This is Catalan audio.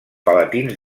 palatins